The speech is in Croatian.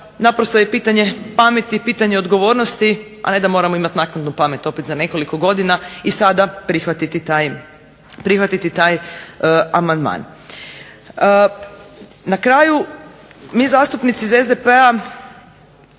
naprosto je pitanje pameti i pitanje odgovornosti, a ne da moramo imati naknadnu pamet opet za nekoliko godina i sada prihvatiti taj amandman. Na kraju mi zastupnici iz SDP-a